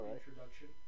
introduction